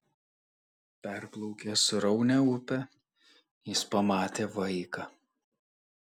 perplaukęs sraunią upę jis pamatė vaiką